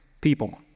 People